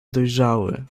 dojrzały